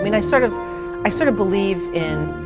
i mean i sort of i sort of believe in